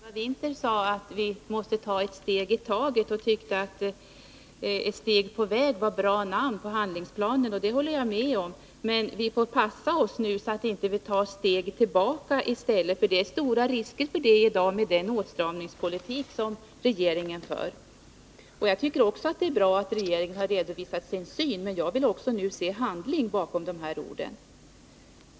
Herr talman! Eva Winther sade att vi måste ta ett steg i taget och tyckte att Ett steg på väg var ett bra namn på handlingsplanen. Det håller jag med om, men vi får passa oss, så att vi inte tar ett steg tillbaka i stället. Det är stora risker för det med den åtstramningspolitik som regeringen för. Jag tycker också att det är bra att regeringen redovisar sin syn på saken, men jag vill nu se handling bakom orden.